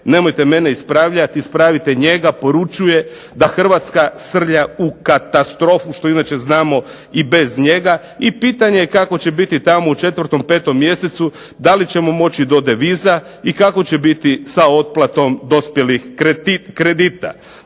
nemojte mene ispravljat, ispravite njega, poručuje da Hrvatska srlja u katastrofu, što inače znamo i bez njega. I pitanje je kako će biti tamo u 4., 5. mjesecu, da li ćemo moći do deviza i kako će biti sa otplatom dospjelih kredita.